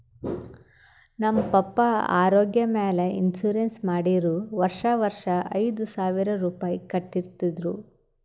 ನಮ್ ಪಪ್ಪಾ ಆರೋಗ್ಯ ಮ್ಯಾಲ ಇನ್ಸೂರೆನ್ಸ್ ಮಾಡಿರು ವರ್ಷಾ ವರ್ಷಾ ಐಯ್ದ ಸಾವಿರ್ ರುಪಾಯಿ ಕಟ್ಟತಿದ್ರು